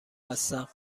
هستم